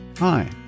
Hi